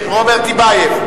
רשויות מקומיות (מענקים לרשויות מקומיות),